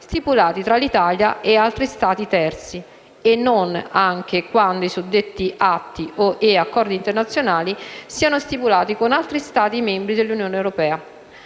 stipulati tra l'Italia e altri Stati terzi (e non anche quando i suddetti atti e accordi internazionali siano stipulati con altri Stati membri dell'Unione europea).